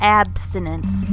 abstinence